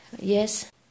yes